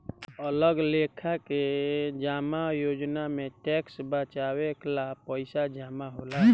अलग लेखा के जमा योजना में टैक्स बचावे ला पईसा जमा होला